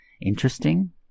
interesting